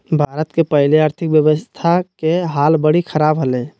भारत के पहले आर्थिक व्यवस्था के हाल बरी ख़राब हले